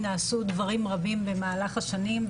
נעשו דברים רבים במהלך השנים,